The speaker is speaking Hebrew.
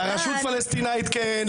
לרשות הפלסטינית כן,